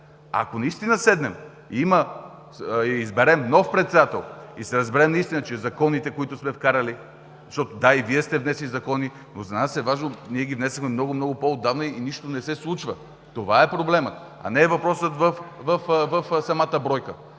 Ако наистина седнем и изберем нов председател и се разберем наистина, че законите, които сте вкарали, защото – да, и Вие сте внесли закони, но и за нас е важно. Ние ги внесохме много по-отдавна и нищо не се случва! Това е проблемът, а не е въпросът в самата бройка,